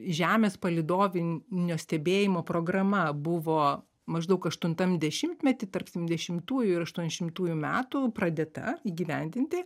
žemės palydovinio stebėjimo programa buvo maždaug aštuntam dešimtmety tarp septyndešimtųjų ir aštuoniašimtųjų metų pradėta įgyvendinti